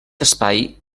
espai